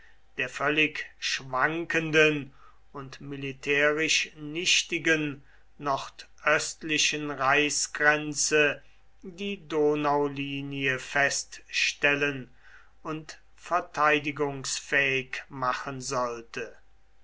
der völlig schwankenden und militärisch nichtigen nordöstlichen reichsgrenze die donaulinie feststellen und verteidigungsfähig machen sollte